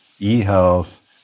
E-Health